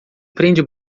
prende